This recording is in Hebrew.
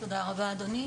תודה רבה, אדוני.